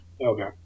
Okay